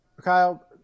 Kyle